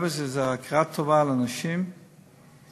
מעבר לכך שזו הכרת טובה לאנשים שתרמו,